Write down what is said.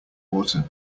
water